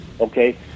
Okay